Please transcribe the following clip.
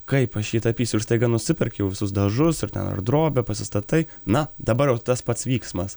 kaip aš jį tapysiu ir staiga nusiperki jau visus dažus ir ten ar drobę pasistatai na dabar jau tas pats vyksmas